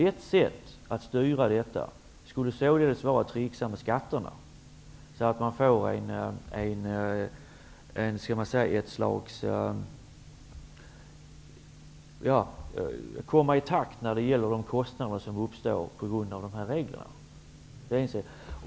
Ett sätt att styra skulle således vara att tricksa med skatterna, för att så att säga komma i kontakt när det gäller de kostnader som uppstår på grund av djurhållningsreglerna.